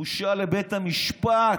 בושה לבית המשפט